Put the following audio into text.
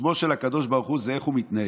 שמו של הקדוש ברוך הוא זה איך הוא מתנהג.